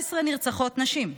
17 נרצחות נשים,